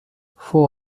fou